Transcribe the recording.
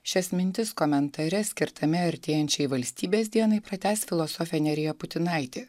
šias mintis komentare skirtame artėjančiai valstybės dienai pratęs filosofė nerija putinaitė